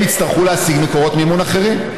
יצטרכו להשיג מקורות מימון אחרים.